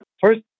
first